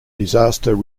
disaster